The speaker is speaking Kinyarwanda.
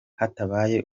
hatabaye